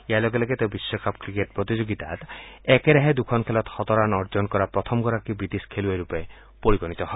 ইয়াৰ লগে লগে তেওঁ বিশ্বকাপ ক্ৰিকেট প্ৰতিযোগিতাত একেৰাহে দুখন খেলত শতৰাণ অৰ্জন কৰা প্ৰথমগৰাকী ৱিটিছ খেলুৱৈৰূপে পৰিগণিত হয়